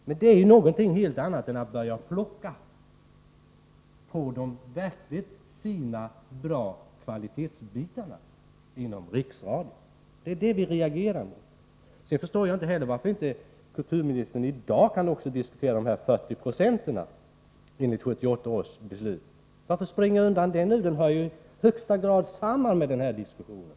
Men det är någonting helt annat än att bara börja plocka bland de verkliga kvalitetsbitarna inom Riksradion. Det reagerar vi emot. Jag förstår inte varför kulturministern i dag inte kan diskutera de 40 procenten i enlighet med 1978 års beslut. Varför springa undan? Den frågan hör i högsta grad ihop med den här diskussionen.